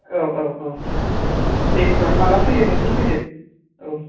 औ औ औ दे होम्बा माब्ला फैयो नोंसोर फैदो औ